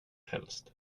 helst